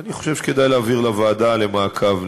אני חושב שכדאי להעביר לוועדה למעקב,